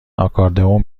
آکاردئون